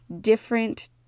different